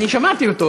אני שמעתי אותו,